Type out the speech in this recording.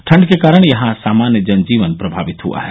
ठंड के कारण यहां सामान्य जन जीवन प्रभावित हुआ है